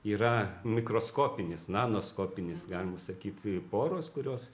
yra mikroskopinis nanoskopinis galima sakyti poros kurios